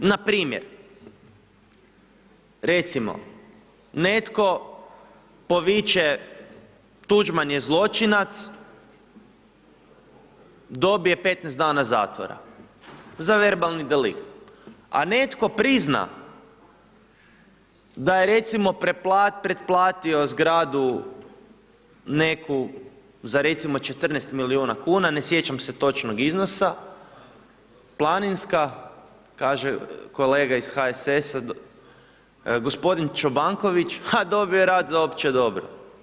Npr. recimo, netko poviče Tuđman je zločinac, dobije 15 dana zatvora za verbalni delikt, a netko prizna da je, recimo, pretplatio zgradu neku za recimo, 14 milijuna kuna, ne sjećam se točnog iznosa, Planinska, kaže kolega iz HSS-a, g. Čobanković, ha, dobio je rad za opće dobro.